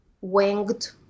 winged